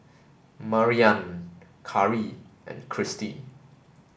Mariann Carri and Cristy